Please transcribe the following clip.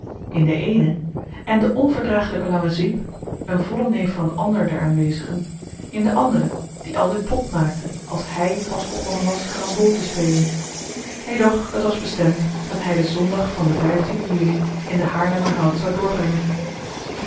in de eene en den onverdragelijken langen zwiep een vollen neef van een ander der aanwezigen in de andere die altijd pot maakte als hij pas begonnen was carambole te spelen edoch het was bestemd dat hij den zondag van den juli in den haarlemmerhout zou doorbrengen